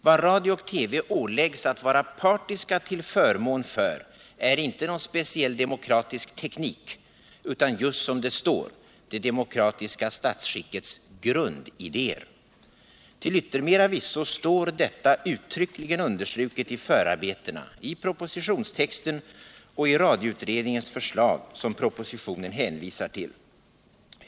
Vad radio och TV åläggs att vara partiska till förmån för är inte någon speciell demokratisk teknik utan, just som det står, ”det demokratiska statsskickets grundidéer”. Till yttermera visso står detta uttryckligen understruket i förarbetena, i propositionstexten och i radioutredningens förslag, som propositionen hänvisar till.